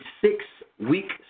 six-week